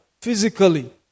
physically